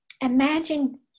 imagine